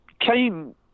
came